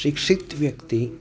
શિક્ષિત વ્યક્તિ